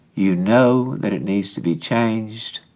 you know that it needs to be changed,